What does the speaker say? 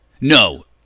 no